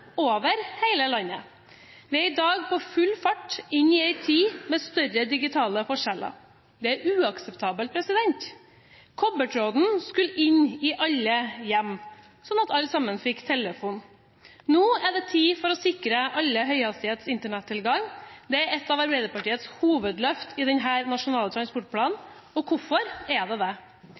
over hele landet. Vi er i dag på full fart inn i en tid med større digitale forskjeller. Det er uakseptabelt. Kobbertråden skulle inn i alle hjem, slik at alle fikk telefon. Nå er det tid for å sikre alle tilgang til høyhastighetsnett. Det er et av Arbeiderpartiets hovedløft i denne nasjonale transportplanen. Og hvorfor er det det?